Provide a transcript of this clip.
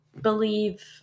believe